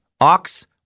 ox